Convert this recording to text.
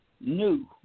new